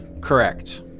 Correct